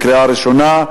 קריאה ראשונה.